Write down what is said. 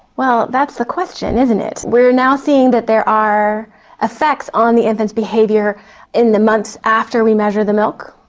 well, that's the question isn't it. we are now seeing that there are effects on the infant's behaviour in the months after we measure the milk,